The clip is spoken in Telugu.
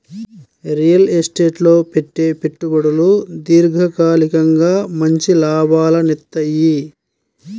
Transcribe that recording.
రియల్ ఎస్టేట్ లో పెట్టే పెట్టుబడులు దీర్ఘకాలికంగా మంచి లాభాలనిత్తయ్యి